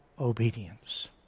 obedience